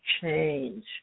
change